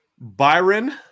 Byron